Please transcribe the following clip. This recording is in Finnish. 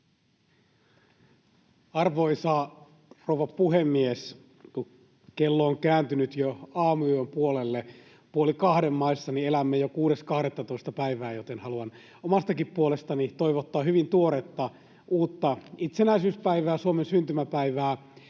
Arvoisa rouva puhemies! Kun kello on kääntynyt jo aamuyön puolelle, puoli kahden maissa, niin elämme jo päivää 6.12., joten haluan omastakin puolestani toivottaa hyvin tuoretta uutta itsenäisyyspäivää, Suomen syntymäpäivää.